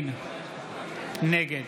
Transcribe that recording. נגד